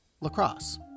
lacrosse